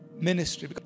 ministry